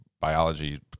biology